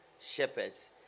shepherds